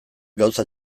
gauza